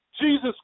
Jesus